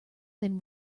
than